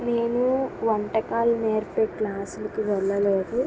నేను వంటకాలు నేర్పించే క్లాసులకువెళ్ళలేదు